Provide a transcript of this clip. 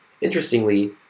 Interestingly